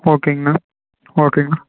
ஓகேங்கண்ணா ஓகேங்கண்ணா